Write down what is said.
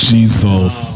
Jesus